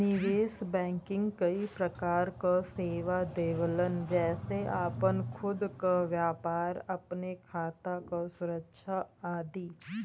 निवेश बैंकिंग कई प्रकार क सेवा देवलन जेसे आपन खुद क व्यापार, अपने खाता क सुरक्षा आदि